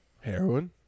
Heroin